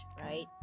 right